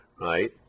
right